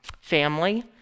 family